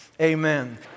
Amen